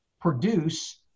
produce